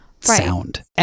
sound